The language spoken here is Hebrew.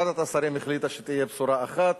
ועדת השרים החליטה שתהיה בשורה אחת.